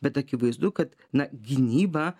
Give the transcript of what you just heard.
bet akivaizdu kad na gynyba